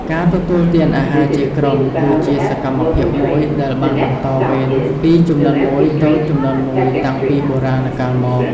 ការទទួលទានអាហារជាក្រុមគឺជាសកម្មភាពមួយដែលបានបន្តវេនពីជំនាន់មួយទៅជំនាន់មួយតាំងពីបុរាណកាលមក។